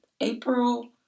April